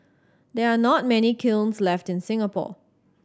there are not many kilns left in Singapore